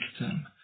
victim